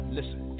Listen